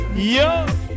Yo